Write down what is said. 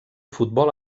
futbol